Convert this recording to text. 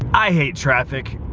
i hate traffic.